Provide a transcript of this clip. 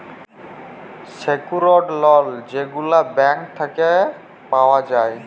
secured loan যেগলা bank থ্যাইকে পাউয়া যায়